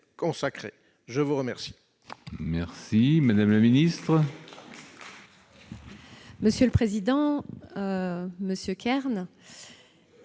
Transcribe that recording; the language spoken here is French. Je vous remercie